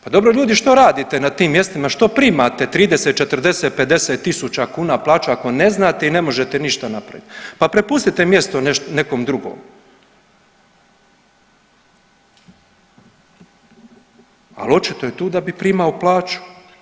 Pa dobro ljudi što radite na tim mjestima, što primate 30, 40, 50 tisuća kuna plaću ako ne znate i ne možete ništa napravit, pa prepustite mjesto nekom drugom, al očito je tu da bi primao plaću.